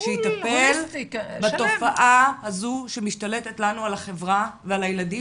שיטפל בתופעה הזו שמשתלטת לנו על החברה ועל הילדים